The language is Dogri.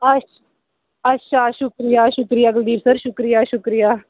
अच्छा अच्छा शुक्रिया शुक्रिया कुलदीप सर शुक्रिया शुक्रिया